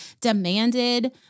demanded